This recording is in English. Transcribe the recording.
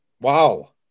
Wow